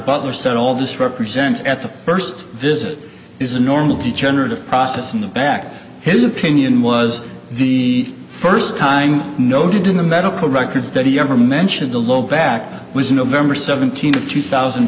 butler said all this represents at the first visit is a normal degenerative process in the back his opinion was the first time noted in the medical records that he ever mentioned the low back was november seventeenth of two thousand